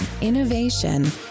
innovation